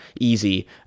easy